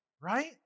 right